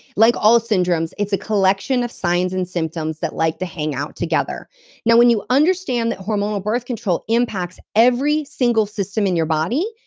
like all syndromes, it's a collection of signs and symptoms that like hang out together now, when you understand that hormonal birth control impacts every single system in your body,